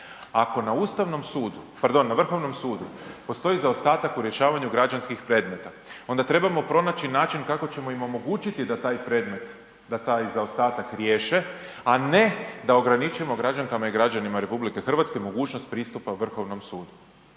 na Vrhovnom sudu postoji zaostatak u rješavanju građanskih predmeta onda trebamo pronaći način kako ćemo im omogućiti da taj predmet, da taj zaostatak riješe, a ne da ograničimo građankama i građanima RH mogućnost pristupa Vrhovnom sudu.